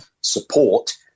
support